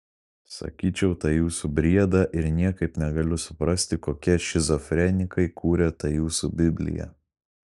sakyčiau tą jūsų briedą ir niekaip negaliu suprasti kokie šizofrenikai kūrė tą jūsų bibliją